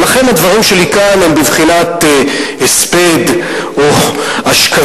ולכן הדברים שלי כאן הם בבחינת הספד או אשכבה,